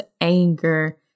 anger